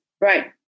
right